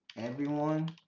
everyone.